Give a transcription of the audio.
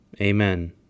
Amen